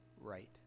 right